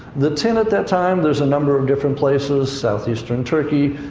the tin at that time, there's a number of different places, southeastern turkey,